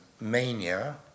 mania